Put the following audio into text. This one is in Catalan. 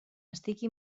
estigui